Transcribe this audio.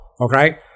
okay